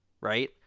right